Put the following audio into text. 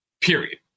period